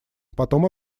потом